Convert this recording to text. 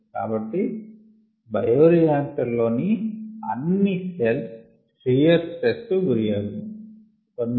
కాబట్టి బయోరియాక్టర్ లోని అన్ని సెల్స్ షియర్ స్ట్రెస్ కు గురు అగును